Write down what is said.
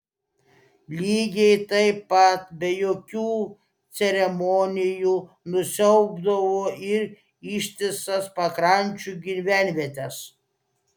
lygiai taip pat be jokių ceremonijų nusiaubdavo ir ištisas pakrančių gyvenvietes